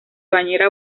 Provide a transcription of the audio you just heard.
bañera